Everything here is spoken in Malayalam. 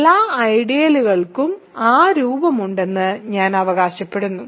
എല്ലാ ഐഡിയലുകൾക്കും ആ രൂപമുണ്ടെന്ന് ഞാൻ അവകാശപ്പെടുന്നു